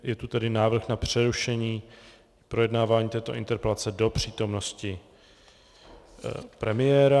Je tu tedy návrh na přerušení projednávání této interpelace do přítomnosti premiéra.